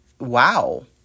wow